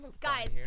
guys